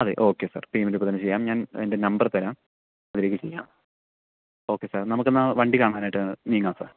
അതെ okay sir payment ഇപ്പോൾത്തന്നെ ചെയ്യാം ഞാൻ എൻ്റെ നമ്പർ തരാം അതിലേക്ക് ചെയ്യാം ഓക്കേ സാർ നമുക്ക് എന്നാൽ വണ്ടി കാണാനായിട്ട് നീങ്ങാം സർ